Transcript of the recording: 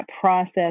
process